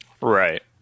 Right